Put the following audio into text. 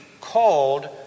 called